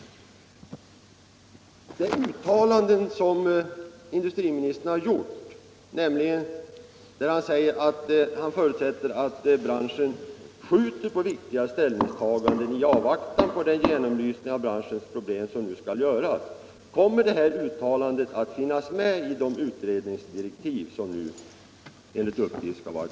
Kommer det uttalande som industriministern nu har gjort att finnas med i direktiven, nämligen att industriministern förutsätter att branschen skjuter på viktiga ställningstaganden i avvaktan på den genomlysning av branschens problem som nu skall göras?